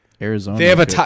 Arizona